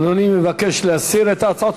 אדוני מבקש להסיר את ההצעות?